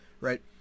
right